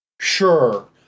Sure